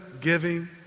giving